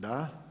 Da.